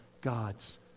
God's